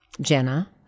Jenna